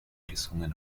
gesungen